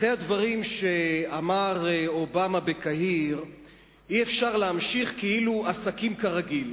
אחרי הדברים שאמר אובמה בקהיר אי-אפשר להמשיך כאילו עסקים כרגיל.